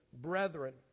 brethren